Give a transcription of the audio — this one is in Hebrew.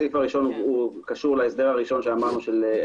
הסעיף הראשון קשור להסדר הראשון הטכני